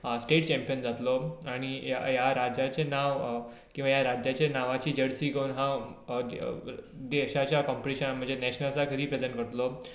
state champion जातलो आनी ह्या राज्याचें नांव किंवा ह्या राज्याच्या नांवाची जर्सी घेवन हांव देशाच्या कोंपिटिशनाक म्हणजे नेशनल्साक रिप्रेसेंट करतलो